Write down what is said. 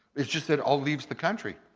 it's just it all leaves the country.